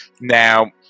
Now